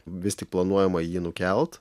vis tik planuojama jį nukelt